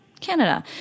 Canada